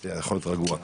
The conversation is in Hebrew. אתה יכול להיות רגוע,